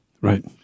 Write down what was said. Right